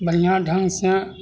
बढ़िआँ ढङ्ग से